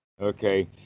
Okay